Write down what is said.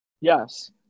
Yes